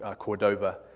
ah cordova,